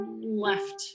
left